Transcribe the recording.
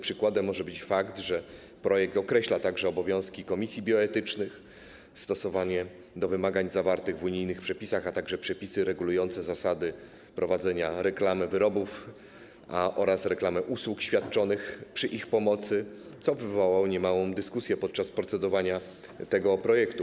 Przykładem może być fakt, że w projekcie określa się także obowiązki komisji bioetycznych, stosownie do wymagań zawartych w unijnych przepisach, a także przepisy regulujące zasady prowadzenia reklamy wyrobów oraz reklamy usług świadczonych przy ich pomocy, co wywołało niemałą dyskusję podczas procedowania nad tym projektem.